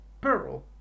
Pearl